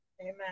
Amen